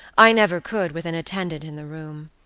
i never could with an attendant in the room.